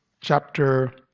chapter